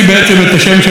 אורי אבנרי.